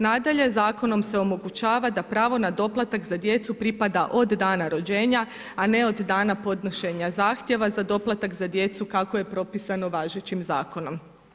Nadalje, zakonom se omogućava da pravo na doplatak za djecu pripada od dana rođenja, a od dana podnošenja zahtjeva za doplatak za djecu kako je propisano važećim zakonom.